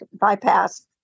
bypass